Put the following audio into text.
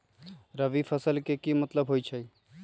रबी फसल के की मतलब होई छई?